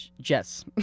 Jess